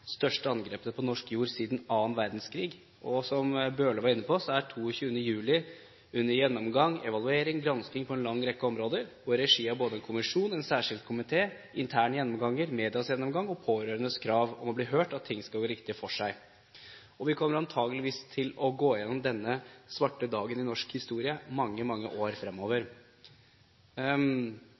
største angrepet på norsk jord siden annen verdenskrig. Som Bøhler var inne på, er 22. juli under gjennomgang, evaluering og gransking på en lang rekke områder og i regi av både en kommisjon, en særskilt komité, interne gjennomganger, medias gjennomgang og pårørendes krav om å bli hørt, og at ting skal gå riktig for seg. Vi kommer antakeligvis til å gå gjennom denne svarte dagen i norsk historie i mange, mange år fremover.